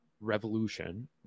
revolution